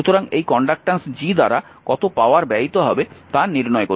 সুতরাং এই conductance G দ্বারা কত পাওয়ার ব্যয়িত হবে তা নির্ণয় করতে হবে